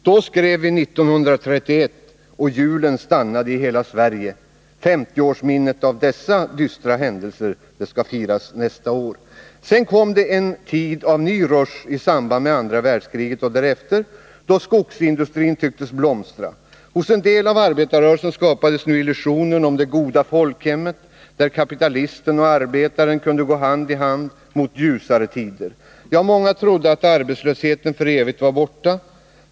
Då skrev vi 1931, och hjulen stannade i hela Sverige. Femtioårsminnet av dessa dystra händelser skall högtidlighållas nästa år. Sedan kom en tid av ny rusch i samband med andra världskriget och därefter, då skogsindustrin tycktes blomstra. Hos en del av arbetarrörelsen skapades illusioner om det goda folkhemmet, där kapitalisten och arbetaren kunde gå hand i hand mot ljusare tider. Ja, många trodde att arbetslösheten för evigt var borta.